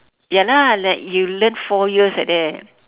ya lah like you learn four years like that